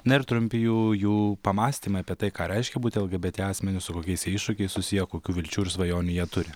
na ir trumpi jų jų pamąstymai apie tai ką reiškia būti lgbt asmeniu su kokiais jie iššūkiais susiję kokių vilčių ir svajonių jie turi